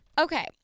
okay